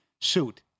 suit